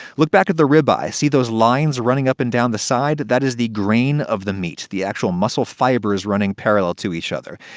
look back at the ribeye. see those lines running up and down the side? that that is the grain of the meat, the actual muscle fibers running parallel to each other.